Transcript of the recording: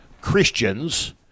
christians